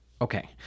Okay